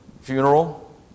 funeral